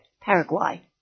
Paraguay